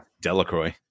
Delacroix